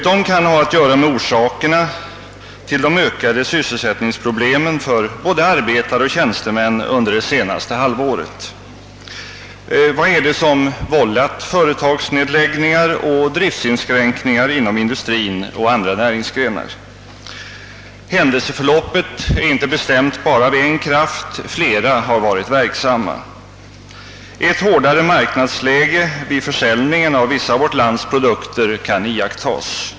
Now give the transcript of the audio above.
De kan ha att göra med orsakerna till de ökade sysselsättningsproblemen för både arbetare och tjänstemän under det senaste halvåret. inom industrin och andra näringsgrenar? Händelseförloppet är inte bestämt bara av en kraft; flera har varit verksamma. Ett hårdare marknadsläge vid försäljningen av vissa av vårt lands produkter kan iakttagas.